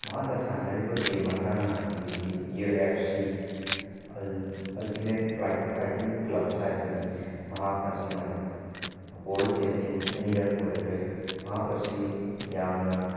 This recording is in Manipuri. ꯃꯍꯥꯛꯅ ꯁꯥꯟꯅꯔꯤꯕ ꯒꯦꯝ ꯃꯁꯥꯟꯅꯑꯤꯗꯤ U F C Ultimate Fighting Club ꯍꯥꯏꯕꯅꯤ ꯃꯍꯥꯛ ꯑꯁꯤꯅ ꯋꯥꯔꯜ ꯆꯦꯝꯄꯤꯌꯟ ꯑꯅꯤꯔꯛ ꯑꯣꯏꯈ꯭ꯔꯦ ꯃꯍꯥꯛ ꯑꯁꯤ ꯌꯥꯝꯅ